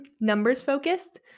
numbers-focused